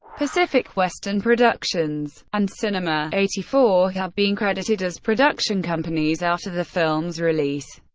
pacific western productions and cinema eighty four have been credited as production companies after the film's release.